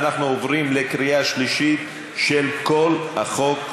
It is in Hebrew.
ואנחנו עוברים לקריאה שלישית של כל החוק,